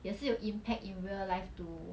也是有 impact in real life too